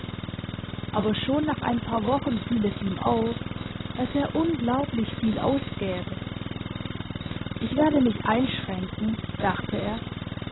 aber schon nach ein paar wochen fiel es ihm auf daß er unglaublich viel ausgäbe ich werde mich einschränken dachte er